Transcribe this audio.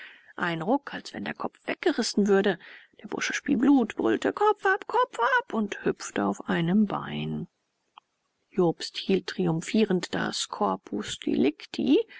ein ruck als wenn der kopf weggerissen würde der bursche spie blut brüllte kopf ab kopf ab und hüpfte auf einem bein jobst hielt triumphierend das corpus delicti